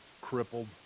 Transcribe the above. crippled